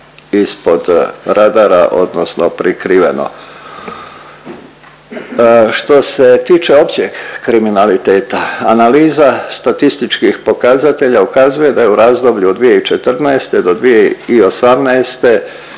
ispod radara odnosno prikriveno. Što se tiče općeg kriminaliteta analiza statističkih pokazatelja ukazuje da je u razdoblju od 2014. do 2018.